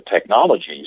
technologies